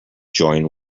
join